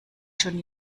schon